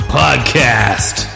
podcast